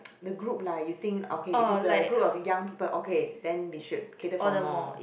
the group lah you think okay if it's a group of young people okay then we should cater for more